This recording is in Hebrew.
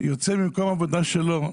יוצא ממקום העבודה שלו,